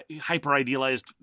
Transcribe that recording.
hyper-idealized